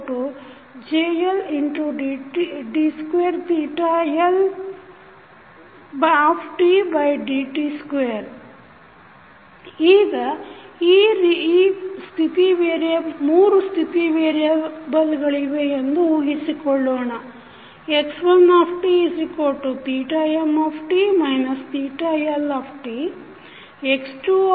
3 ಸ್ಥಿತಿ ವೇರಿಯೆಬಲ್ಗಳಿವೆ ಎಂದು ಊಹಿಸಿಕೊಳ್ಳೋಣ